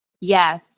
yes